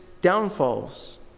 downfalls